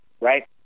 right